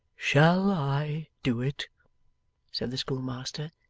shall i do it said the schoolmaster.